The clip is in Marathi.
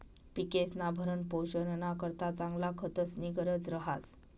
पिकेस्ना भरणपोषणना करता चांगला खतस्नी गरज रहास